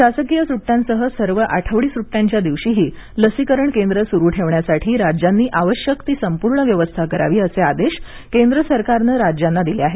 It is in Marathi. शासकीय सुड्यांसह सर्व आठवडी सुड्यांच्या दिवशीही लसीकरण केंद्र सुरू ठेवण्यासाठी राज्यांनी आवश्यक ती संपूर्ण व्यवस्था करावी असे आदेश केंद्र सरकारनं राज्यांना दिले आहेत